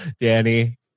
Danny